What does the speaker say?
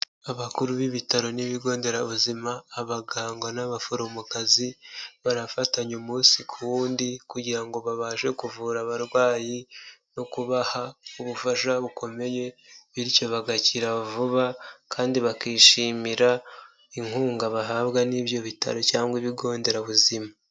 Abakuru b'ibitaro n'ibigo nderabuzima, abaganga n'abaforomokazi, barafatanye umunsi ku wundi kugira ngo babashe kuvura abarwayi no kubaha ubufasha bukomeye ,bityo bagakira vuba kandi bakishimira inkunga bahabwa n'ibyo bitaro cyangwa ibigo nderabuzima.